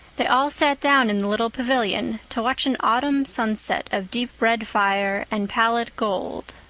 they all sat down in the little pavilion to watch an autumn sunset of deep red fire and pallid gold.